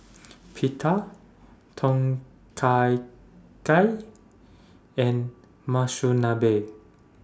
Pita Tom Kha Gai and Monsunabe